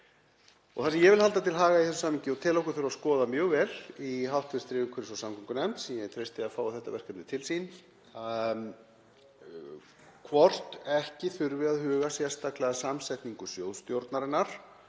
Það sem ég vil halda til haga í þessu samhengi og tel að þurfi að skoða mjög vel í hv. umhverfis- og samgöngunefnd, sem ég treysti að fái þetta verkefni til sín, er hvort ekki þurfi að huga sérstaklega að samsetningu sjóðsstjórnarinnar